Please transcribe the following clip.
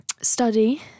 study